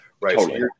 right